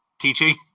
teaching